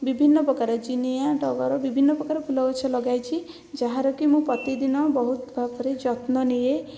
ବିଭିନ୍ନ ପ୍ରକାର ଜିନିଆ ଟଗର ବିଭିନ୍ନ ପ୍ରକାର ଫୁଲଗଛ ଲଗାଇଛି ଯାହାର କି ମୁଁ ପ୍ରତିଦିନ ବହୁତ ଭାବରେ ଯତ୍ନ ନିଏ